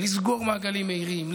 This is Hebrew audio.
לסגור מעגלים מהירים,